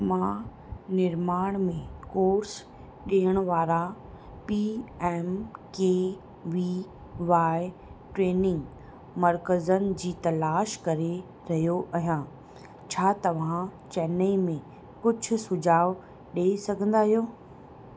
मां निर्माण में कोर्स ॾेयण वारा P M K V Y training मरकज़नि जी तलाश करे रहियो आहियां छा तव्हां चेन्नई में कुझु सुझाव ॾेई सघंदा आहियो